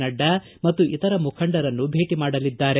ನಡ್ಡಾ ಮತ್ತು ಇತರ ಮುಖಂಡರನ್ನು ಭೇಟಿ ಮಾಡಲಿದ್ದಾರೆ